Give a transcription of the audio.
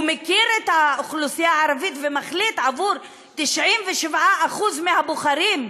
הוא מכיר את האוכלוסייה הערבית ומחליט בעבור 97% מהבוחרים,